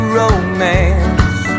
romance